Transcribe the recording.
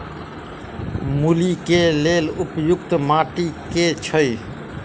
मूली केँ लेल उपयुक्त माटि केँ छैय?